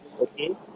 okay